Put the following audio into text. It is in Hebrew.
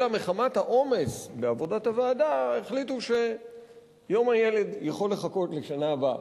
אלא מחמת העומס בעבודת הוועדה החליטו שיום הילד יכול לחכות לשנה הבאה.